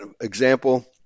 example